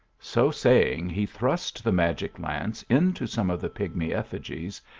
so saying he thrust the magic lance into some of the pigmy effigies,